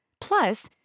Plus